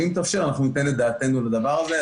אם הוא תאפשר, אנחנו ניתן את דעתנו על הדבר הזה.